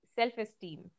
Self-esteem